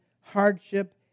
hardship